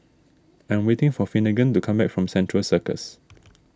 I am waiting for Finnegan to come back from Central Circus